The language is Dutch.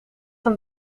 een